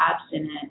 abstinent